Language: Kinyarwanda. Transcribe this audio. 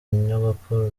nyogokuru